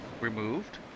removed